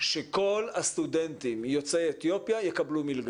שכל הסטודנטים יוצאי אתיופיה יקבלו מלגה?